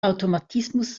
automatismus